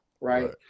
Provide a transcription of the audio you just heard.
right